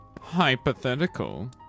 hypothetical